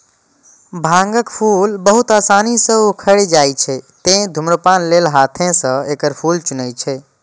भांगक फूल बहुत आसानी सं उखड़ि जाइ छै, तें धुम्रपान लेल हाथें सं एकर फूल चुनै छै